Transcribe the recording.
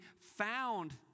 found